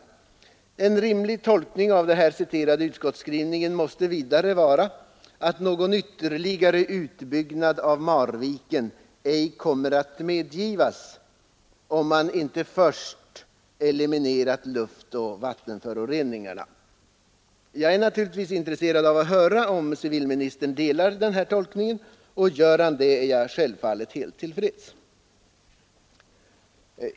En rimlig tolkning av den citerade utskottsskrivningen är vidare att någon ytterligare utbyggnad av Marviken ej kommer att medgivas om man icke först eliminerat luftoch vattenföroreningarna. Jag är naturligtvis intresserad av att höra om civilministern delar denna min tolkning. Om han gör det, är jag självfallet helt till freds.